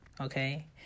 okay